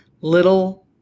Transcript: little